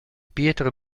pietra